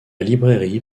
librairie